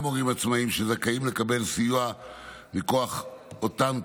הורים עצמאיים וזכאים לקבל סיוע מכוח אותן תוכניות.